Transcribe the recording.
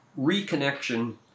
reconnection